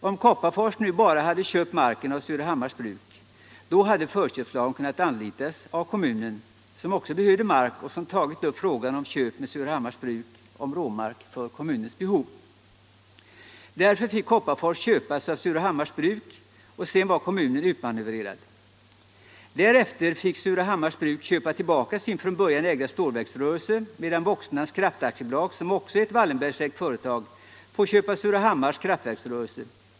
Om Kopparfors hade köpt enbart marken av Surahammars Bruk, hade förköpslagen kunnat anlitas av kommunen, som också behövde mark och som tagit upp frågan med Surahammars Bruk om köp av råmark för kommunens behov. Därför fick Kopparfors köpa hela Surahammars Bruk, och därmed var kommunen utmanövrerad. Därefter fick Surahammars Bruk köpa tillbaka sin från början ägda stålverksrörelse, medan Woxnans Kraft AB, som också är ett Wallenbergsägt företag, fick köpa Surahammars kraftverksrörelse.